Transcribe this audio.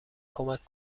کمک